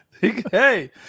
Hey